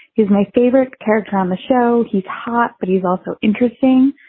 who's my favorite character on the show. he's hot, but he's also interesting.